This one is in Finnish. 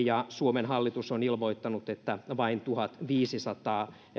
ja suomen hallitus on ilmoittanut että vain tuhatviisisataa